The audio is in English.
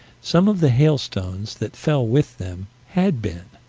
some of the hailstones that fell with them, had been.